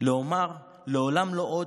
לומר "לעולם לא עוד"